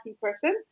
person